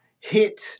hit